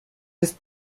his